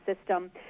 system